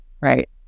Right